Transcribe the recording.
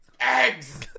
eggs